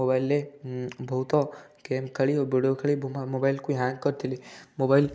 ମୋବାଇଲ୍ରେ ବହୁତ ଗେମ୍ ଖେଳି ଓ ଭିଡ଼ିଓ ଖେଳି ବୋମା ମୋବାଇଲ୍କୁ ହ୍ୟାଙ୍ଗ୍ କରିଥିଲେ ମୋବାଇଲ୍